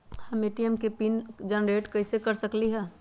हम ए.टी.एम के PIN generate कईसे कर सकली ह?